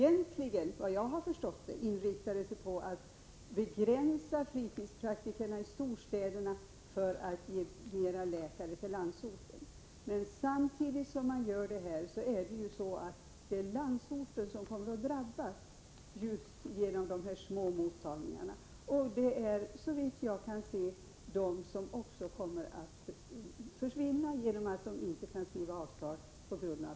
Efter vad jag förstår inriktar man sig i propositionen egentligen på att begränsa antalet fritidspraktiker i storstäderna för att få flera läkare till landsorten, men nu blir det så att det är just landsorten som kommer att drabbas, eftersom propositionen får den effekt jag beskrivit när det gäller de små mottagningarna.